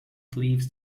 sleeves